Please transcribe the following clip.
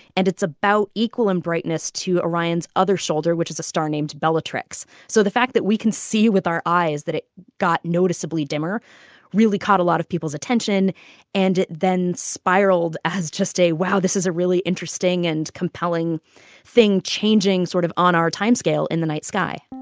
and it's about equal in brightness to orion's other shoulder, which is a star named bellatrix. so the fact that we can see with our eyes that it got noticeably dimmer really caught a lot of people's attention and then spiraled as just a wow, this is a really interesting and compelling thing changing sort of on our timescale in the night sky